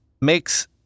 makes